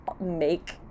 make